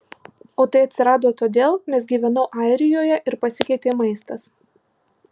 o tai atsirado todėl nes gyvenau airijoje ir pasikeitė maistas